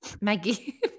Maggie